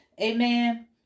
Amen